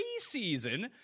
preseason